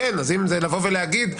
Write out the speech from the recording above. להגיד,